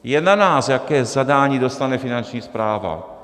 Je na nás, jaké zadání dostane Finanční správa.